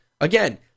again